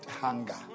hunger